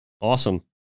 awesome